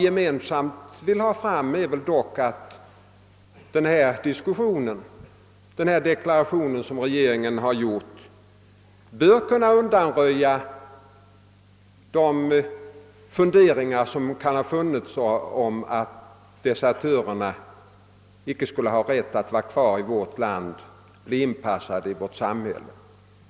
Genom sin deklaration bör regeringen ha kunnat undanröjt de funderingar som möjligen kan ha funnits om att desertörerna icke skall ha rätt att vara kvar i vårt land och bli inpassade i vårt svenska samhälle.